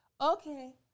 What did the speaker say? Okay